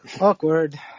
Awkward